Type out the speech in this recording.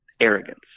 Arrogance